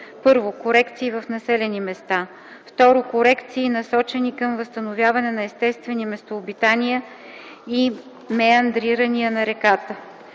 1. корекции в населени места; 2. корекции, насочени към възстановяване на естествени местообитания и меандрирания на реката;